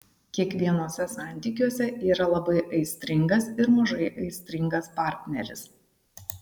kiekvienuose santykiuose yra labai aistringas ir mažai aistringas partneris